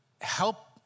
help